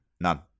none